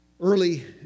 Early